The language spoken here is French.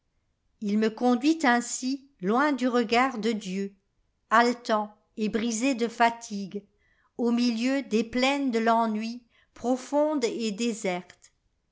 il me conduit ainsi loin du regard de dier haletant et brisé de fatigue au milieu des plaines de l'ennui profondes et désertes